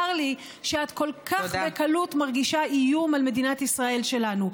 צר לי שאת כל כך בקלות מרגישה איום על מדינת ישראל שלנו.